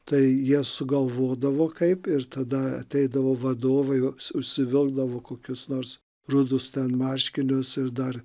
tai jie sugalvodavo kaip ir tada ateidavo vadovai užsivilkdavo kokius nors rudus ten marškinius ir dar